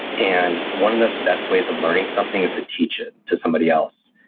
and one of the best ways of learning something is to teach it to somebody else.